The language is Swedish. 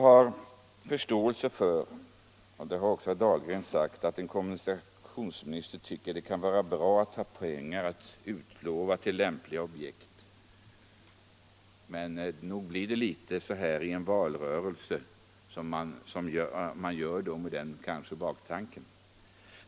Jag förstår att — och det har också herr Dahlgren pekat på — en kommunikationsminister tycker att det kan vara bra att ha pengar att utlova till lämpliga objekt, och det är väl den baktanken som han har nu inför valrörelsen.